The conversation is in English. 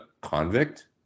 convict